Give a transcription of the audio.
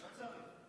לא צריך.